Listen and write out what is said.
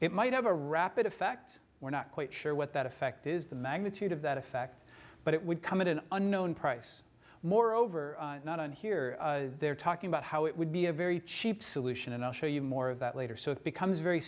it might have a rapid effect we're not quite sure what that effect is the magnitude of that effect but it would come in an unknown price moreover not in here they're talking about how it would be a very cheap solution and i'll show you more of that later so it becomes very